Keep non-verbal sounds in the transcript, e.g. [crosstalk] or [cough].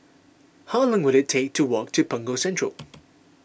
how long will it take to walk to Punggol Central [noise]